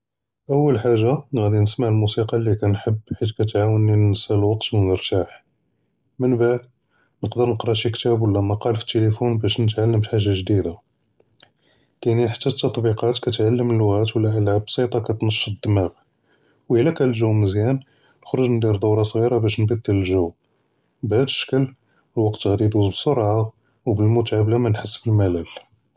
אוּוַל חַאגָ'ה גַ'אִי נִסְמַע אֶלְמוּסִיקַא לִי כַּנְחַב חִית כַּתְעַאוְנִי נְנְסַא אֶלְוַקְת וּנִרְתַאח, מִן בְּעְד נְקַדֵר נִקְרָא שִי כִּתַאב וְלָא מַקָאל פִּי אֶתְּתֵלֵפוֹן בַּאש נְתְעַלַם פִּי חַאגָ'ה גְ'דִידַה, כַּאִינִין חְתָּא אֶתְתַּטְבִּיקַאת כַּתְעַלַם אֶלְלוּעַאת וְלַוְ אִנַהָא בְּסִיטַה כַּתְנַשִּׁט אֶלְדִּמַאג, וְאִלָא כַּאן אֶלְגַ'ו מְזְיָּאן נְחְ'רוּג נְדִיר דַוְרַה סְגִ'ירָה בַּאש נְבַּדֵּל אֶלְגַ'ו, בְּהָאד אֶשְּׁכְּל אֶלְוַקְת גַ'אִי יְדוּז בִּסְרְעַה וּבִּלְמֻתְעַה בְּלַא מַאנְחֵס בִּלְמַלַל.